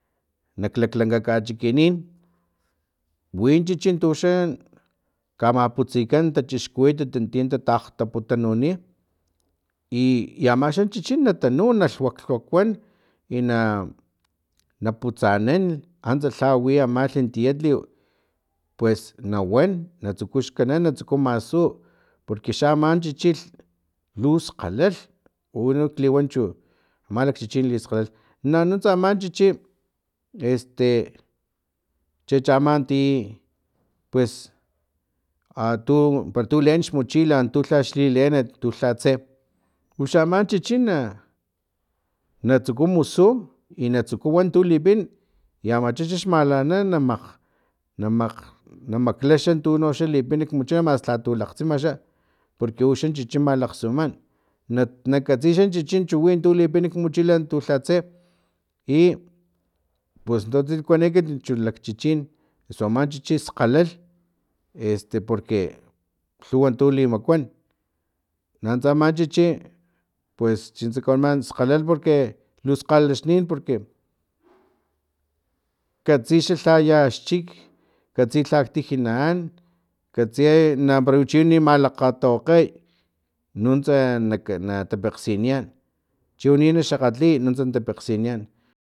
Kak laklanka kachikin win chichi tuxa kamaputsikan tachixkuwitat unti tatakgtapu i amaxan chichi na tanu na lhuaknan i na na putsanan antsa lha wi amalhi tietliw pues na wan na tsuku xkanan na tsuku masu porque xa aman chichi lu skgalalh ukliwan chu aman lakchichi lus kgalalh na nuntsa aman chichi este chechaman ti pues atu para tu leen xmochila tuxlha lileenit tu lhatse uxa aman chichi na na tsuku muksu i natsuku wan tu limini amacha xax malana na nakg namakg na makla tuno xa lipina kmochila maski lakgtsima xa porque uxan chichi malakgsuman na nakatsi xa chichi chu wintu lipin kmi mochila untu lhatse ipues entonces kuani ekit chu lakchichin eso aman chichi skgalalh este porque lhuwan tu limakuan nanuntsa aman chichi pues nuntsa chi kawaniman skgalalh porque lu skgalalaxnin porque katsi xa lhayax chik katsi lhak tiji na an katsi na para chi wani na malakgatawakgay nuntsa na tapekgsiniyan chiwani na xakgatliy nuntsa na tapekgsiniyan